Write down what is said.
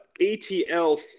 ATL